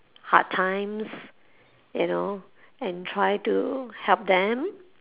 hard times you know and try to help them